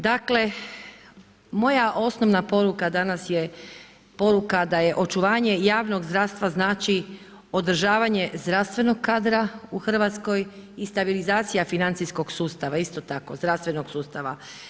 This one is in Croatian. Dakle moja osnovna poruka danas je poruka da je očuvanje javnog zdravstva znači održavanje zdravstvenog kadra u Hrvatskoj i stabilizacija financijskog sustava isto tako zdravstvenog sustava.